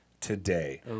today